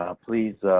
ah please